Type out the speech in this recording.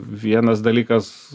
vienas dalykas